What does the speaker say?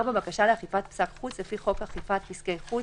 (4) בקשה לאכיפה פסק חוץ לפי חוק אכיפת פסקי חוץ,